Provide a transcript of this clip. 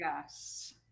Yes